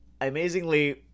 amazingly